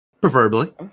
Preferably